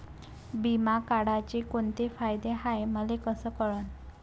बिमा काढाचे कोंते फायदे हाय मले कस कळन?